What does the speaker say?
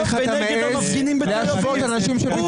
גיבורי חווארה ונגד המפגינים בתל אביב.